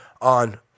on